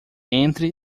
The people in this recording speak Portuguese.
entre